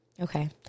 Okay